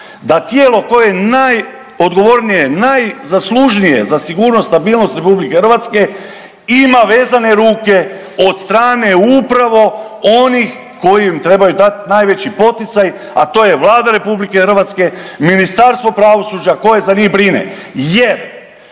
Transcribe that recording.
da tijelo koje je najodgovornije, najzaslužnije za sigurnost i stabilnost RH ima vezane ruke od strane upravo onih koji im trebaju dati najveći poticaj a to je Vlada RH, Ministarstvo pravosuđa, koje za njih brine.